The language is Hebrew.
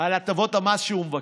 על הטבות המס שהוא מבקש.